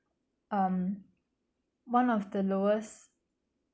um one of the lowest